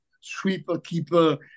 sweeper-keeper